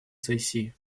сессии